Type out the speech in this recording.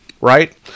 right